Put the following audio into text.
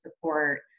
support